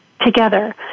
together